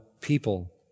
people